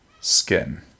skin